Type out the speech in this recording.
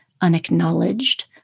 unacknowledged